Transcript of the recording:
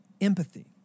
empathy